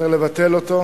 צריך לבטל אותו,